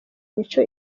mico